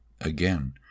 again